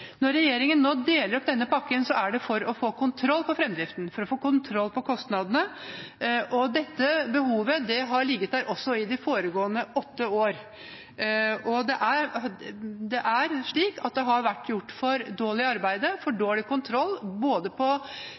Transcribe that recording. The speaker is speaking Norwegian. Når regjeringen nå deler opp denne pakken, er det for å få kontroll over fremdriften, for å få kontroll over kostnadene, og dette behovet har ligget der også i de foregående åtte år. Det er slik at det har vært gjort for dårlig arbeid, og vært for dårlig kontroll,